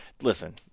listen